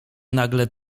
nagle